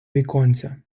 віконця